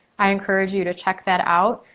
i encourage you to check that out.